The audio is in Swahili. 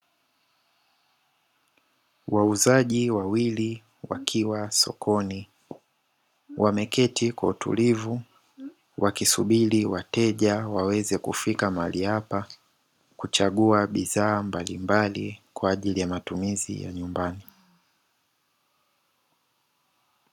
Wauzaji wawili wakiwa sokoni wameketi kwa utulivu, wakisubiri wateja waweze kufika mahali hapa kuchagua bidhaa mbalimbali kwa ajili ya matumizi ya nyumbani.